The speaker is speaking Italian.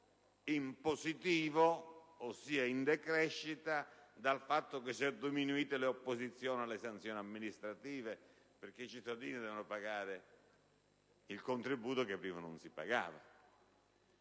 in positivo dal fatto che sono diminuite le opposizioni alle sanzioni amministrative perché i cittadini devono pagare il contributo che prima non si pagava.